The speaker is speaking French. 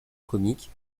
comique